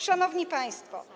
Szanowni Państwo!